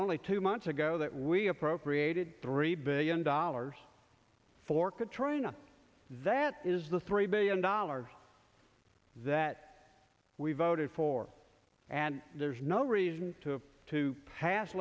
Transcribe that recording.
only two months ago that we appropriated three billion dollars for katrina that is the three billion dollars that we voted for and there's no reason to have to pass